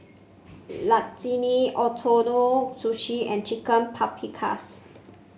Lasagne Ootoro Sushi and Chicken Paprikas